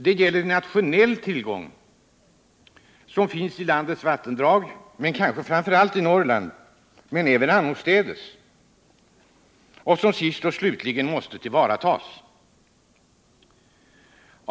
Det gäller en nationell tillgång som finns i landets vattendrag, kanske framför allt i Norrland men även annorstädes, och som sist och slutligen måste tillvaratas.